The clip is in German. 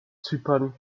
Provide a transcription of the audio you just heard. zypern